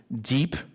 deep